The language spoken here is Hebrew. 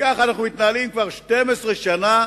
וכך אנחנו מתנהלים כבר 12 שנה,